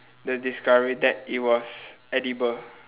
the discovery that it was edible